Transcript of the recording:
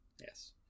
Yes